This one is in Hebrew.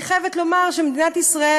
אני חייבת לומר שמדינת ישראל,